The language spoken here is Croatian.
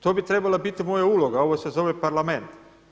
To bi trebala biti moja uloga, ovo se zove parlament.